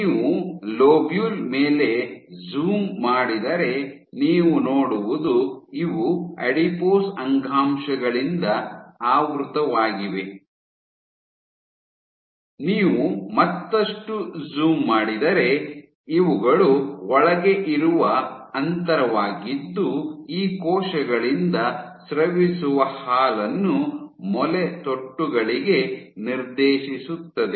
ನೀವು ಲೋಬ್ಯುಲ್ ಮೇಲೆ ಝುಮ್ ಮಾಡಿದರೆ ನೀವು ನೋಡುವುದು ಇವು ಅಡಿಪೋಸ್ ಅಂಗಾಂಶಗಳಿಂದ ಆವೃತವಾಗಿವೆ ನೀವು ಮತ್ತಷ್ಟು ಝುಮ್ ಮಾಡಿದರೆ ಇವುಗಳು ಒಳಗೆ ಇರುವ ಅಂತರವಾಗಿದ್ದು ಈ ಕೋಶಗಳಿಂದ ಸ್ರವಿಸುವ ಹಾಲನ್ನು ಮೊಲೆತೊಟ್ಟುಗಳಿಗೆ ನಿರ್ದೇಶಿಸುತ್ತದೆ